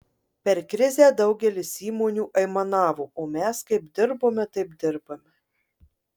per krizę daugelis įmonių aimanavo o mes kaip dirbome taip dirbame